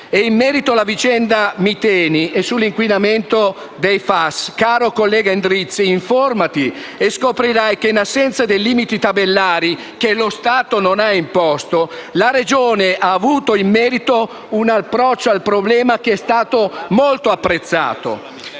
In merito alla vicenda Miteni e sull'inquinamento da PFAS, caro collega Endrizzi, informati e scoprirai che, in assenza dei limiti tabellari che lo Stato non ha imposto, la Regione ha avuto un approccio al problema che è stato molto apprezzato.